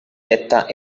detta